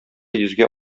йөзгә